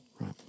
right